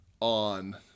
on